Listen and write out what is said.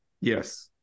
Yes